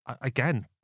again